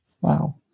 Wow